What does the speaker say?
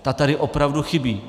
Ta tady opravdu chybí.